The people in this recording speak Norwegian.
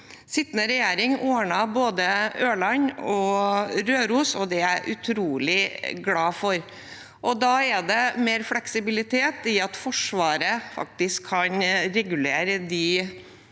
sittende regjering ordnet både Ørland og Røros, og det er jeg utrolig glad for. Da er det mer fleksibilitet i at Forsvaret kan regulere